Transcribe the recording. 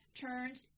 turns